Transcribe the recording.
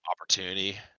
opportunity